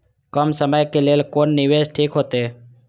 कम समय के लेल कोन निवेश ठीक होते?